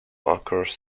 occurs